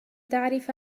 تعرف